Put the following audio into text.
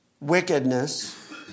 wickedness